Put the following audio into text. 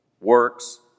works